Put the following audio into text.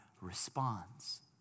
responds